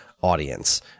audience